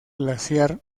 glaciar